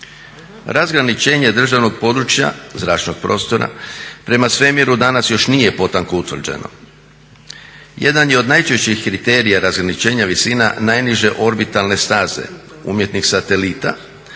Razgraničenje državnog područja zračnog prostora prema svemiru danas još nije potanko utvrđeno. Jedan je od najčešćih kriterija razgraničenja visina najniže orbitalne staze umjetnih satelita,